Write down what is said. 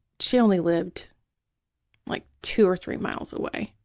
she only lived like two or three miles away